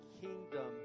kingdom